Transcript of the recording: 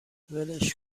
ولش